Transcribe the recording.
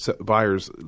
buyers